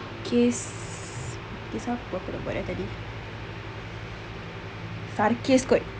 kes kes apa aku dah buat tadi sarkas kot